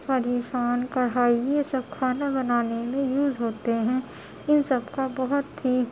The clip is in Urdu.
کڑھائی یہ سب کھانا بنانے میں یوز ہوتے ہیں ان سب کا بہت ہی